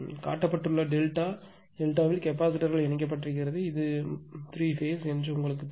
காட்டப்பட்டுள்ள டெல்டாவில் கெப்பாசிட்டர் கள் இணைக்கப்பட்டிருக்கிறது எனவே அது மூன்று கட்டம் என்று உங்களுக்குத் தெரியும்